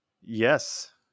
Yes